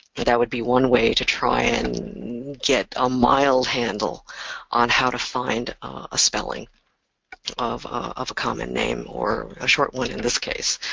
that would be one way to try and get a mild handle on how to find a spelling of of a common name, or a short one in this case.